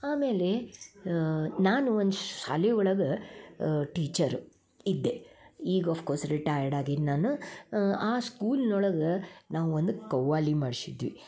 ಆಮೇಲೆ ನಾನು ಒಂದು ಶಾಲೆ ಒಳಗೆ ಟೀಚರು ಇದ್ದೆ ಈಗ ಅಫ್ಕೋರ್ಸ್ ರಿಟೈರ್ಡ್ ಆಗಿ ನಾನು ಆ ಸ್ಕೂಲ್ನೊಳಗ ನಾವೊಂದು ಖವಾಲಿ ಮಾಡ್ಶಿದ್ವಿ